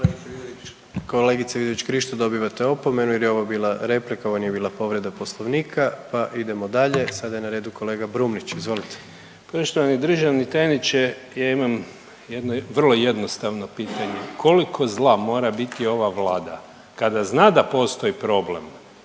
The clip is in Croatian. Kolegice Vidović Krišto dobivate opomenu jer je ovo bila replika, ovo nije bila povreda poslovnika. Pa idemo dalje, sada je na redu kolega Brumnić, izvolite. **Brumnić, Zvane (Nezavisni)** Poštovani državni tajniče, ja imam jedno vrlo jednostavno pitanje, koliko zna mora biti ova vlada kada zna da postoji problem,